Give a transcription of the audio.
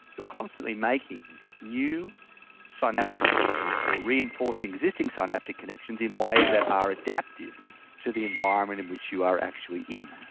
you're constantly making new synaptic connections or reinforcing existing synaptic connections in ways that are adaptive to the environment in which you are actually in.